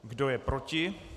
Kdo je proti?